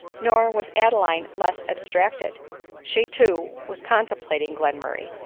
nor was adeline less abstracted she too was con templating glenmurray,